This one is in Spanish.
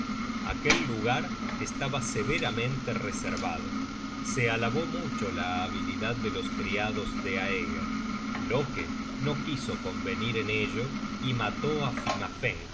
aquel lugar estaba severamente reservado se alabó mucho la habilidad de los criados de aeger loke no quiso convenir en ello y mató á